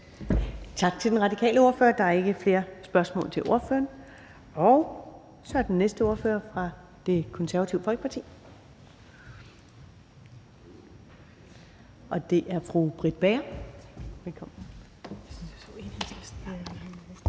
Tak til den radikale ordfører. Der er ikke flere spørgsmål til ordføreren. Den næste ordfører er fra Det Konservative Folkeparti, og det er fru Britt Bager. Velkommen.